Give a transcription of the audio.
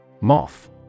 Moth